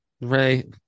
Right